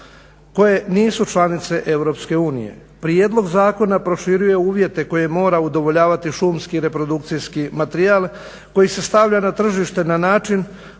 koje nisu članice Europske unije. Prijedlog zakona proširuje uvjete koje mora udovoljavati šumski reprodukcijski materijal koji se stavlja na tržište na način